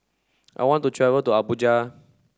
I want to travel to Abuja